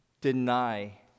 deny